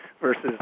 versus